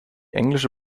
englische